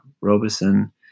Robeson